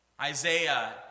Isaiah